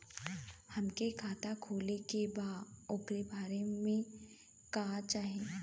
हमके खाता खोले के बा ओकरे बादे का चाही?